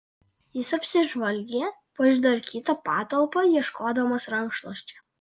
jis apsižvalgė po išdarkytą patalpą ieškodamas rankšluosčio